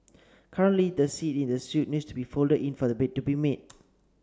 currently the seat in the suite needs to be folded in for the bed to be made